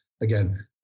Again